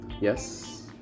Yes